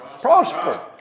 Prosper